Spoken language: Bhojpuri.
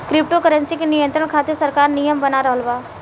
क्रिप्टो करेंसी के नियंत्रण खातिर सरकार नियम बना रहल बा